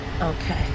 Okay